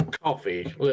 Coffee